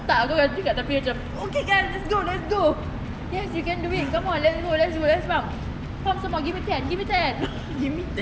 tak aku nanti kat tepi macam okay guys let's go let's go yes you can do it come more let's go let's go last round come some more give me ten give me ten